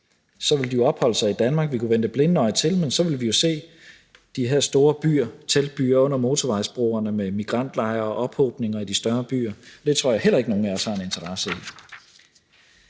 Så vil de jo opholde sig i Danmark. Vi kunne vende det blinde øje til, men så vil vi jo se de her store teltbyer under motorvejsbroerne med migrantlejre og ophobninger i de større byer, og det tror jeg heller ikke nogen af os har en interesse i.